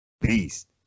Beast